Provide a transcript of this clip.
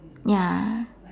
ya